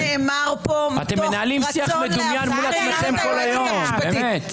כל מה שנאמר פה מתוך רצון להפחיד היועצת המשפטית,